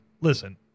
listen